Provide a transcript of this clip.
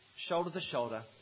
shoulder-to-shoulder